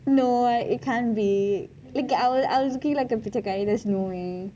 no it can't be I was I was looking like a பிச்சைக்காரி:pichaikari this morning